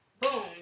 Boom